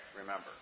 remember